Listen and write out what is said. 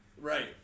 Right